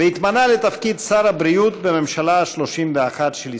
והתמנה לתפקיד שר הבריאות בממשלה ה-31 של ישראל.